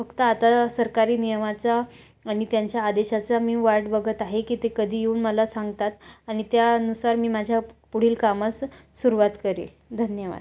फक्त आता सरकारी नियमाचा आणि त्यांच्या आदेशाचा मी वाट बघत आहे की ते कधी येऊन मला सांगतात आणि त्यानुसार मी माझ्या पुढील कामास सुरुवात करेन धन्यवाद